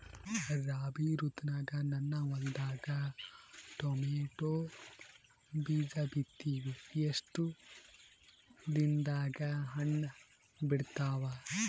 ರಾಬಿ ಋತುನಾಗ ನನ್ನ ಹೊಲದಾಗ ಟೊಮೇಟೊ ಬೀಜ ಬಿತ್ತಿವಿ, ಎಷ್ಟು ದಿನದಾಗ ಹಣ್ಣ ಬಿಡ್ತಾವ?